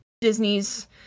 Disney's